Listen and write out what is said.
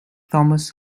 thomas